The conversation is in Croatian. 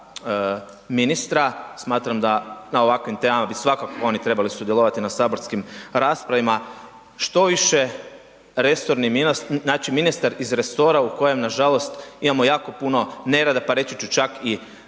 ministra. Smatram da na ovakvim temama bi svakako oni trebali sudjelovati na saborskim raspravama. Štoviše, resorni ministar, znači ministar iz resora u kojem nažalost imamo jako puno nerada, pa reći ću čak i